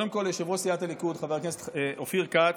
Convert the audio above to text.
קודם כול ליושב-ראש סיעת הליכוד חבר הכנסת אופיר כץ,